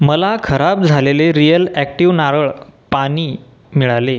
मला खराब झालेले रिअल ॲक्टिव नारळ पाणी मिळाले